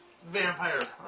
Vampire